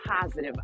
positive